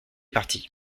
parti